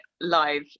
live